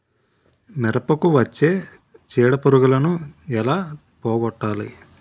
మిరపకు వచ్చే చిడపురుగును ఏల పోగొట్టాలి?